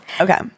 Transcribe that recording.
Okay